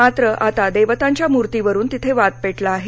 मात्र आता देवतांच्या मुर्तीवरून तिथे वाद पेटला आहे